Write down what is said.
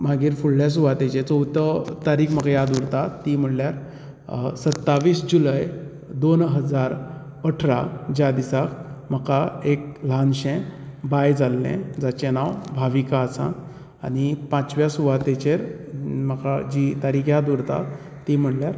मागीर फुडल्या सुवातेचेर चवथो तारीख म्हाका याद उरता ती म्हणल्यार सत्तावीस जुलय दोन हजार अठरा ज्या दिसा म्हाका एक ल्हानशे बाय जाल्ले जाचे नांव भावीका आसा आनी पांचव्या सुवातेचेर म्हाका जी तारीख याद उरता ती म्हणल्यार